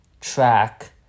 track